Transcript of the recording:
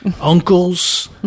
uncles